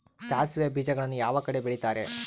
ಸಾಸಿವೆ ಬೇಜಗಳನ್ನ ಯಾವ ಕಡೆ ಬೆಳಿತಾರೆ?